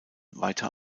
weiter